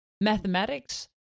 Mathematics